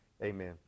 Amen